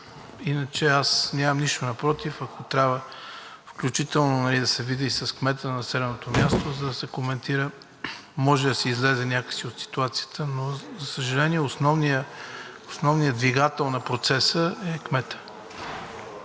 Иначе аз нямам нищо напротив, ако трябва включително да се видя и с кмета на населеното място, за да се коментира може ли да се излезе някак си от ситуацията, но, за съжаление, основният двигател на процеса е кметът.